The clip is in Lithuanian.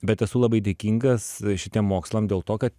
bet esu labai dėkingas šitiem mokslam dėl to kad